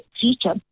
teacher